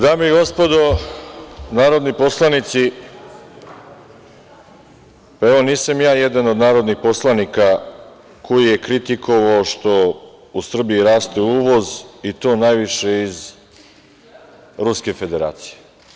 Dame i gospodo narodni poslanici, evo, nisam ja jedan od narodnih poslanika koji je kritikovao što u Srbiji raste uvoz i to najviše iz Ruske Federacije.